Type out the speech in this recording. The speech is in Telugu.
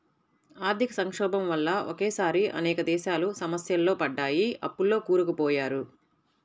ఆర్థిక సంక్షోభం వల్ల ఒకేసారి అనేక దేశాలు సమస్యల్లో పడ్డాయి, అప్పుల్లో కూరుకుపోయారు